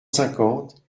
cinquante